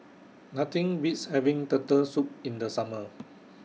Nothing Beats having Turtle Soup in The Summer